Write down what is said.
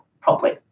properly